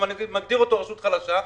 מגדיר אותו כרשות חלשה,